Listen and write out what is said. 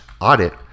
audit